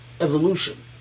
evolution